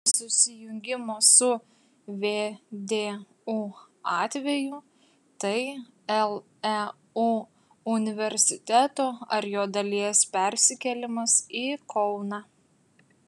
susijungimo su vdu atveju tai leu universiteto ar jo dalies persikėlimas į kauną